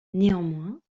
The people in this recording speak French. néanmoins